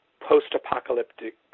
post-apocalyptic